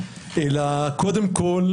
אלא קודם כול,